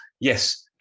yes